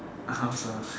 ah the